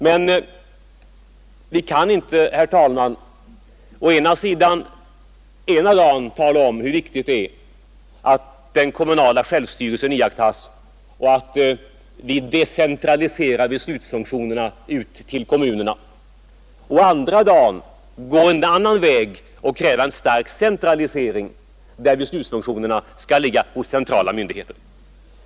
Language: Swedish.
Men vi kan inte, herr talman, ena dagen tala om hur viktigt det är att den kommunala självstyrelsen iakttas och att vi decentraliserar beslutsfunk tionerna ut till kommunerna, och andra dagen gå en annan väg och kräva en stark centralisering så att beslutsfunktionerna skall ligga hos centrala myndigheter.